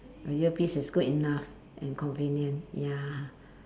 a earpiece is good enough and convenient ya